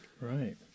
right